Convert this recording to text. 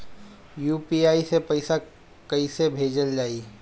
UPI से पैसा कइसे भेजल जाई?